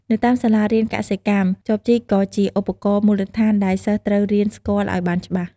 នៅតាមសាលារៀនកសិកម្ម ចបជីកក៏ជាឧបករណ៍មូលដ្ឋានដែលសិស្សត្រូវរៀនស្គាល់ឲ្យបានច្បាស់។